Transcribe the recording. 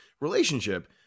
relationship